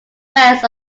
west